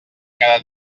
cada